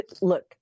look